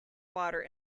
water